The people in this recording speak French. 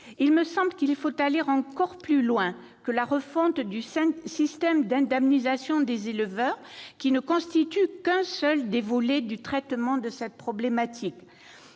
Il me semble qu'il faut aller encore plus loin que la refonte du système d'indemnisation des éleveurs, qui ne constitue qu'un seul des volets du traitement de cette problématique.